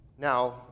Now